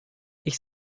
ich